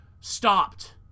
stopped